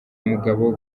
mugabo